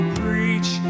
preach